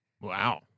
Wow